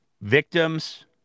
victims